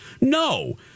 No